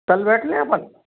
कल बैठ लें अपन